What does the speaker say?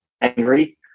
angry